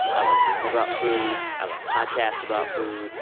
i love reading about food. i love podcasts about food.